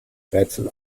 rätsel